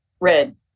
red